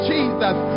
Jesus